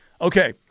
Okay